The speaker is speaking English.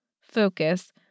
focus